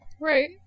Right